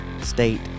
State